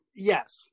Yes